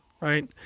right